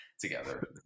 together